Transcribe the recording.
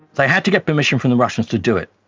they had to get permission from the russians to do it.